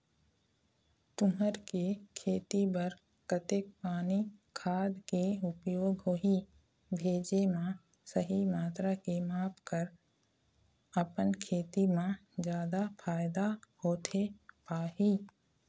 तुंहर के खेती बर कतेक पानी खाद के उपयोग होही भेजे मा सही मात्रा के माप कर अपन खेती मा जादा फायदा होथे पाही?